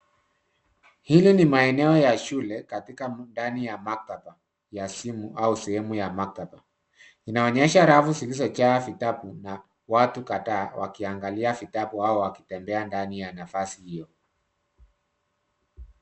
Hili ni maeneo la shule katika ndani ya maktaba ya simu au sehemu ya maktaba. Inaonyesha rafu zilizo jaa vitabu na watu kadhaa wakiangalia vitabu au wakitembea ndani ya nafasi hiyo.